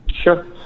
Sure